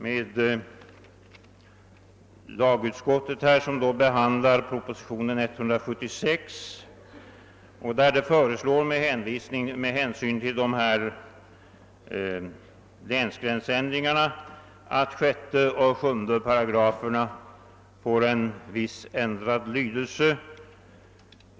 Departementschefen föreslår i proposition nr 176 i anledning av Östhammars Ööverförande till Uppsala län att lagen 1950:596 6 och 7 §§ får viss ändrad lydelse.